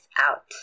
out